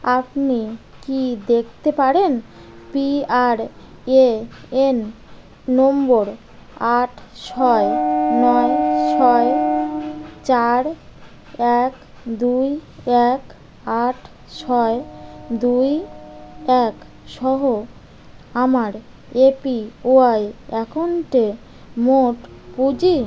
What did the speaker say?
আপনি কি দেখতে পারেন P R A N number আট ছয় নয় ছয় চার এক দুই এক আট ছয় দুই একসহ আমার এ পি ওয়াই অ্যাকাউন্টে মোট পুঁজি